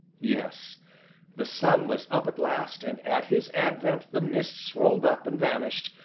yes the sun was up at last, and at his advent the mists rolled up and vanished,